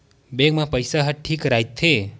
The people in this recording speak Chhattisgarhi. बैंक मा पईसा ह ठीक राइथे?